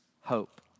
hope